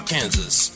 Kansas